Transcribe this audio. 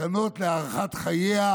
בתקנות להארכת חייה